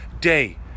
day